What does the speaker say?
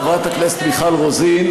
חברת הכנסת מיכל רוזין,